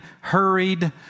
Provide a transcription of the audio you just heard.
hurried